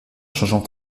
changeant